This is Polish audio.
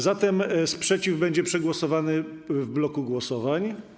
Zatem sprzeciw będzie przegłosowany w bloku głosowań.